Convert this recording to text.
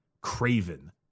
Craven